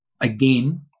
again